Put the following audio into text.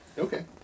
Okay